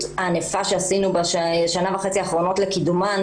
הענפה שעשינו בשנה וחצי האחרונות לקידומן,